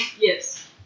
Yes